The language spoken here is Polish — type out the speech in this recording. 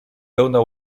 pełna